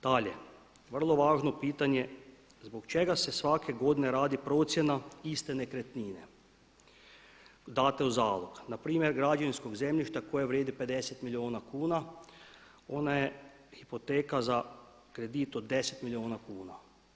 Dalje, vrlo važno pitanje, zbog čega se svake godine radi procjena iste nekretnine date u zalog npr. građevinskog zemljišta koje vrijedi 50 milijuna kuna ona je hipoteka za kredit od 10 milijuna kuna?